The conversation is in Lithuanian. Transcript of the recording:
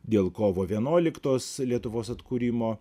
dėl kovo vienuuoliktos lietuvos atkūrimo